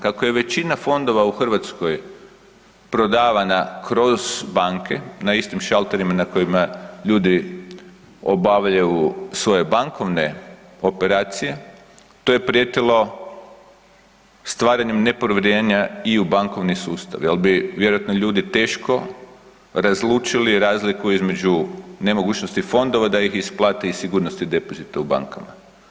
Kako je većina fondova u Hrvatskoj prodavana kroz banke na istim šalterima na kojima ljudi obavljaju svoje bankovne operacije to je prijetilo stvaranju nepovjerenja i u bankovni sustav jer bi vjerojatno ljudi teško razlučili razliku između nemogućnosti fondova da ih isplate i sigurnosti depozita u bankama.